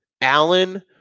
Allen